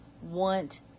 want